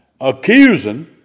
accusing